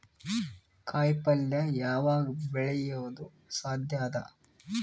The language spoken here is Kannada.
ಕಾಯಿಪಲ್ಯ ಯಾವಗ್ ಬೆಳಿಯೋದು ಸಾಧ್ಯ ಅದ?